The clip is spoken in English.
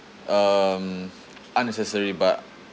um unnecessary but